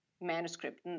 manuscript